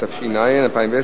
התש"ע 2010,